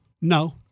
No